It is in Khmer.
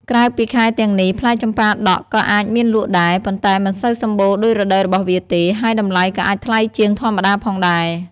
ក្រៅពីខែទាំងនេះ ផ្លែចម្ប៉ាដាក់ក៏អាចមានលក់ដែរ ប៉ុន្តែមិនសូវសម្បូរដូចរដូវរបស់វាទេ ហើយតម្លៃក៏អាចថ្លៃជាងធម្មតាផងដែរ។